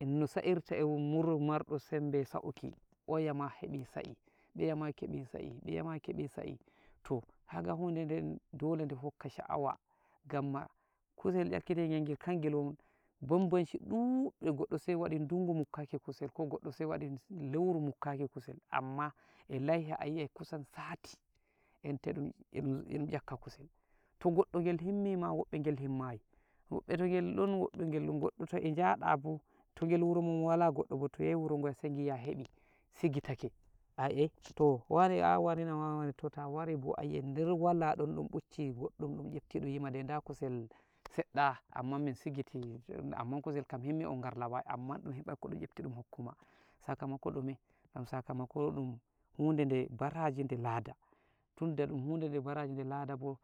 eno sa'irta e wuro marɗo sembe sa'uki, oyama heɓi sa'i, beyama keɓi sa'i, beyama kebi sa'i, toh kaga hudeden dole de hokka sha'awa gamma kusel nyakkete ngel kangel won banbanshi ɗuɗɗum goɗɗo sai waɗi dungu mukkaki kusel, ko gaɗɗo sai waɗi leuro mukkaki kusel, amma e laiha ayi'ai kusan sati enta eɗum-eɗum nyakka kusel, to ngoɗɗo ngel himmima woɓɓe ngel himmayi, woɓɓe to ngel don woɓɓe ngel ngodoto, e nyadabo to ngel wuromon wala goddobo to yahi wuro ngoya sai ngiya hebi sigitake, ayi'ai toh wane an warina ma wari wari, toh ta waribo ayi'ai der wala ɗon ɗun bucci goɗɗum ɗun nyepti ɗun wem da kusel seɗɗa, amman mi sigiti, amman kusel kam himmi on ngarilawai, amman ɗum hebai koɗum nyepti dun hokkuma, sakamako ɗume? gam sakamako ɗun hude de baraji de lada, tunda dun hudde de baraji de ladabo